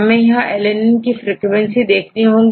हमें यहांalanine की फ्रीक्वेंसी देखना होगी